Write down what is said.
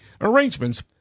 Arrangements